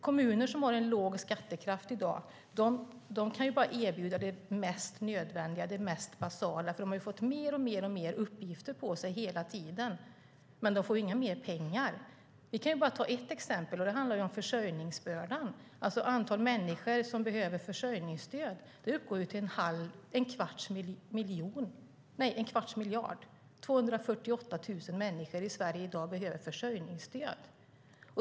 Kommuner som har låg skattekraft kan bara erbjuda det mest nödvändiga, det mest basala, eftersom mer och mer uppgifter hela tiden läggs på dem. Däremot får de inte mer pengar. Låt oss ta ett exempel, försörjningsbördan, alltså antal människor som behöver försörjningsstöd. De uppgår till en kvarts miljon. 248 000 människor i Sverige behöver i dag försörjningsstöd.